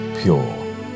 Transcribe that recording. pure